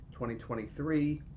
2023